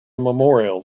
memorial